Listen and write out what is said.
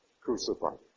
crucified